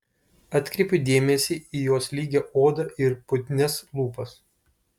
atkreipiu dėmesį į jos lygią odą ir putnias lūpas